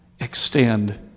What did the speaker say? extend